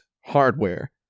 hardware